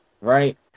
Right